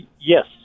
Yes